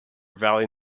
valley